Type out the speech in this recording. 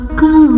go